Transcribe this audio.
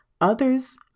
Others